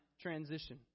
transition